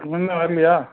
இன்னும் வரலியா